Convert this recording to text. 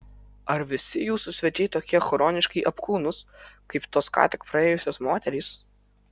ar visi jūsų svečiai tokie chroniškai apkūnūs kaip tos ką tik praėjusios moterys